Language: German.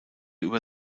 über